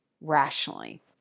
rationally